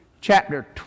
chapter